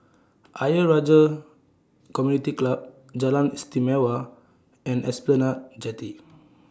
Ayer Rajah Community Club Jalan Istimewa and Esplanade Jetty